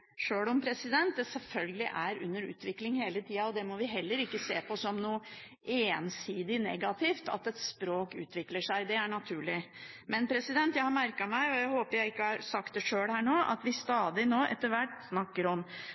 sjøl om det selvfølgelig er under utvikling hele tida. Det at et språk utvikler seg, må vi heller ikke se på som noe ensidig negativt, det er naturlig, men jeg har merket meg – og jeg håper at jeg ikke har sagt det sjøl her nå – at vi stadig snakker om